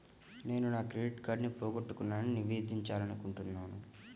నేను నా డెబిట్ కార్డ్ని పోగొట్టుకున్నాని నివేదించాలనుకుంటున్నాను